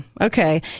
Okay